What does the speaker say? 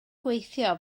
gweithio